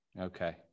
Okay